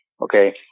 Okay